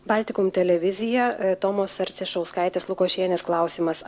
baltikom televizija tomos arcišauskaitės lukošienės klausimas